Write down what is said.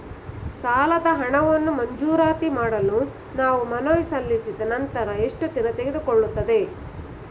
ಸಾಲದ ಹಣವನ್ನು ಮಂಜೂರಾತಿ ಮಾಡಲು ನಾವು ಮನವಿ ಸಲ್ಲಿಸಿದ ನಂತರ ಎಷ್ಟು ದಿನ ತೆಗೆದುಕೊಳ್ಳುತ್ತದೆ?